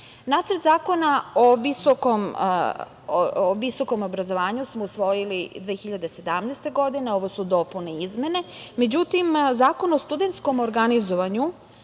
Zakona o visokom obrazovanju smo usvojili 2017. godine. Ovo su dopune i izmene. Međutim, Zakon o studentskom organizovanju